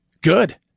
good